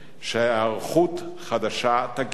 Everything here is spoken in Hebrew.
שהיערכות חדשה תגיע,